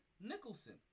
nicholson